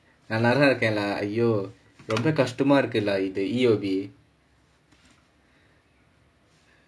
நான் நல்லா இருக்கேன்:naan nallaa irrukaen lah !aiyo! ரொம்ப கஷ்டமா இருக்கு:romba kashtamaa irukku lah இந்த:intha E_O_B